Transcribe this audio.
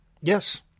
Yes